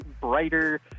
brighter